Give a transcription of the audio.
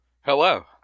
Hello